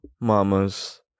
mamas